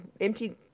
empty